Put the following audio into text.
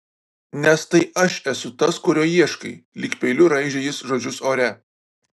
nes tai aš esu tas kurio ieškai lyg peiliu raižė jis žodžius ore